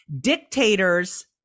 Dictators